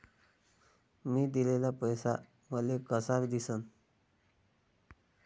मी दिलेला पैसा मले कसा दिसन?